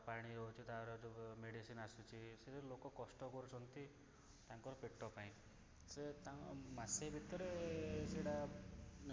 ତା'ର ପାଣି ଅଛି ତା'ର ଯେଉଁ ମେଡ଼ିସିନ ଆସୁଛି ସେ ଲୋକ କଷ୍ଟ କରୁଛନ୍ତି ତାଙ୍କର ପେଟ ପାଇଁ ସେ ତାଙ୍କ ମାସେ ଭିତରେ ସେଇଟା